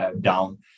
down